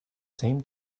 same